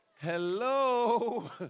Hello